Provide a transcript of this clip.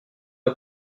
est